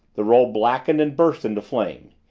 the roll blackened and burst into flame.